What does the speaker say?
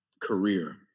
career